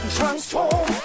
Transform